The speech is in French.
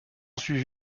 suivit